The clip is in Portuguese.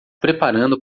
preparando